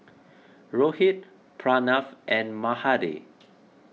Rohit Pranav and Mahade